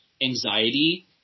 anxiety